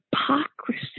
hypocrisy